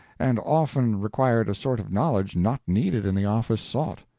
and often required a sort of knowledge not needed in the office sought.